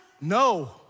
No